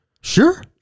Sure